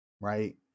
Right